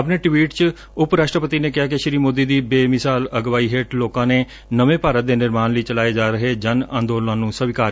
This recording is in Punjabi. ਆਪਣੇ ਟਵੀਟ ਚ ਉਪ ਰਸ਼ਟਰਪਤੀ ਨੇ ਕਿਹਾ ਕਿ ਸ੍ੀ ਮੋਦੀ ਦੀ ਬੇਮਿਸਾਲ ਅਗਵਾਈ ਹੇਠ ਲੋਕਾਂ ਨੇ ਨਵੇਂ ਭਾਰਤ ਦੇ ਨਿਰਮਾਣ ਲਈ ਚਲਾਏ ਜਾ ਰਹੇ ਜਨ ਅੰਦੋਲਨਾਂ ਨੂੰ ਸਵੀਕਾਰ ਕੀਤਾ ਏ